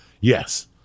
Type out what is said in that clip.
Yes